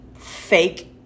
fake